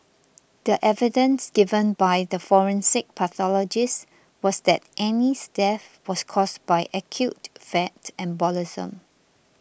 the evidence given by the forensic pathologist was that Annie's death was caused by acute fat embolism